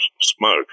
smoke